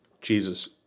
Jesus